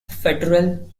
federal